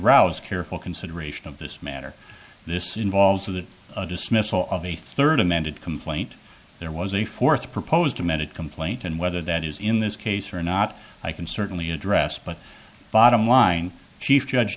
rouse careful consideration of this matter this involves of the dismissal of a third amended complaint there was a fourth proposed minute complaint and whether that is in this case or not i can certainly address but bottom line chief judge